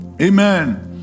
Amen